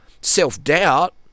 Self-doubt